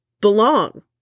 belong